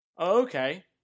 okay